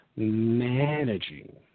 managing